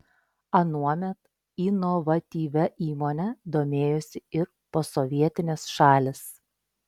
anuomet inovatyvia įmone domėjosi ir posovietinės šalys